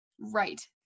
Right